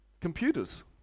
Computers